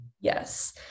yes